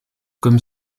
comme